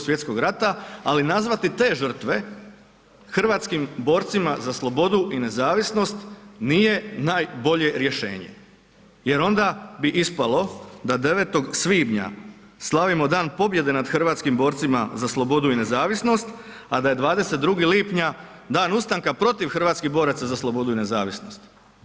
Svj. rata, ali nazvati te žrtve hrvatskim borcima za slobodu i nezavisnost, nije najbolje rješenje jer onda bi ispalo da 9. svibnja slavimo Dan pobjede nad hrvatskim borcima za slobodu i nezavisnost, a da je 22. lipnja Dan ustanka protiv hrvatskih boraca za slobodu i nezavisnost.